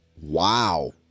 Wow